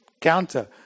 counter